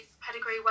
pedigree